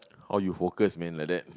how you focus man like that